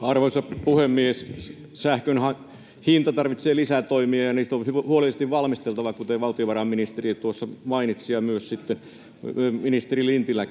Arvoisa puhemies! Sähkönhinta tarvitsee lisätoimia, ja niitä on huolellisesti valmisteltava, kuten valtiovarainministeri jo tuossa mainitsi ja myös ministeri Lintilä.